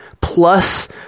plus